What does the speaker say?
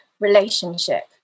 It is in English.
relationship